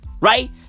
right